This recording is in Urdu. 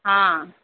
ہاں